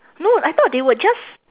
no I thought they would just